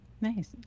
Nice